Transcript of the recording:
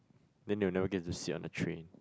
then they will never get to sit on the train